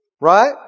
Right